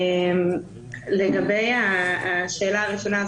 לגבי השאלה הראשונה,